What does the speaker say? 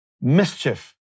Mischief